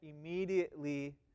immediately